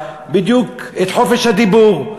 בדיוק את חופש הדיבור.